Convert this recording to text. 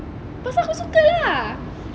pasal aku suka lah